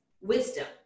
wisdom